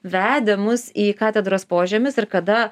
vedė mus į katedros požemius ir kada